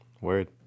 Word